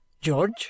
George